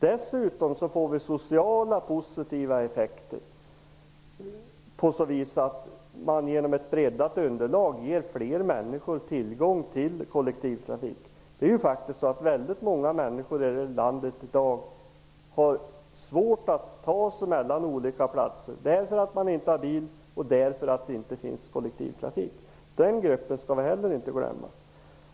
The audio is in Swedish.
Dessutom får vi positiva sociala effekter genom att man genom ett breddat underlag ger fler människor tillgång till kollektivtrafik. I dag är det väldigt många människor i landet som har svårt att ta sig mellan olika platser därför att man inte har bil och därför att det inte finns kollektivtrafik. Den gruppen skall vi inte heller glömma.